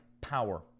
power